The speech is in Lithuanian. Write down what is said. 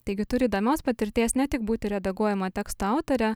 taigi turi įdomios patirties ne tik būti redaguojamo teksto autore